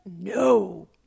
No